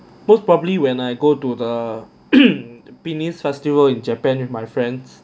most probably when I go to the penis festival in japan with my friends